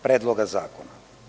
Predloga zakona.